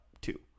two